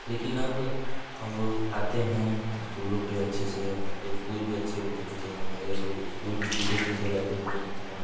लेकिन अब अब वो आते हैं स्कूलों पे अच्छे से अब तो स्कूल भी अच्छे हो चुके हैं पहले तो स्कूल भी टूटे फूटे रहते थे लेकिन अब